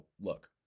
look